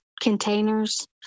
containers